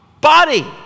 Body